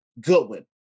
Goodwin